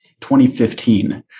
2015